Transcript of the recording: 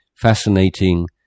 fascinating